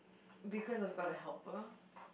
because I've got a helper